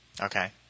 Okay